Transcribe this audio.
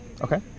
Okay